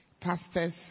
pastors